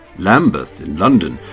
lambeth in london,